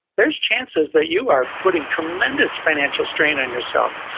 there's chances that you are putting tremendous financial strain on yourself.